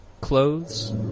clothes